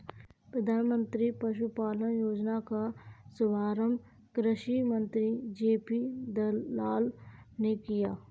प्रधानमंत्री पशुपालन योजना का शुभारंभ कृषि मंत्री जे.पी दलाल ने किया